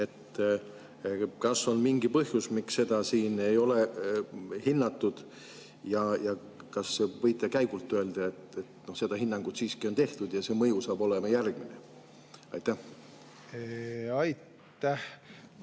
Kas on mingi põhjus, miks seda siin ei ole hinnatud? Kas võite käigult öelda, et see hinnang siiski on tehtud ja see mõju saab olema järgmine?